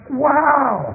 wow